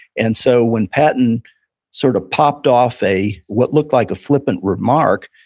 and so when patton sort of popped off a, what looked like a flippant remark,